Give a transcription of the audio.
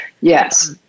Yes